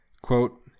Quote